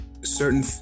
certain